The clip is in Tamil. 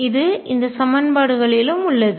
இது இந்த சமன்பாடுகளிலும் உள்ளது